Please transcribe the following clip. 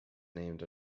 named